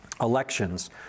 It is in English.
elections